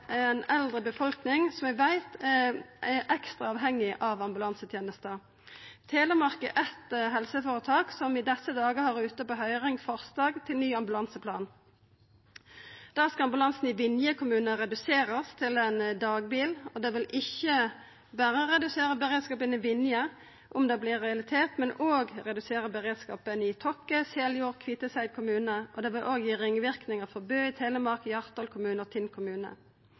eldre befolkning, som vi veit er ekstra avhengig av ambulansetenesta. Sykehuset Telemark er eitt helseføretak som i desse dagar har ute på høyring forslag til ny ambulanseplan. Der skal ambulansen i Vinje kommune reduserast til ein dagbil. Det vil ikkje berre redusera beredskapen i Vinje om det vert ein realitet, men òg i kommunane Tokke, Seljord og Kviteseid, og det vil gi ringverknader for Bø i Telemark, for Hjartdal kommune og for Tinn kommune.